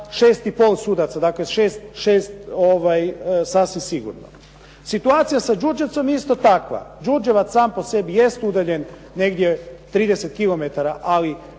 6,5 sudaca, dakle, 6 sasvim sigurno. Situacija sa Đurđevcem isto takva, Đurđevac sam po sebi jest udaljen negdje 30 km ali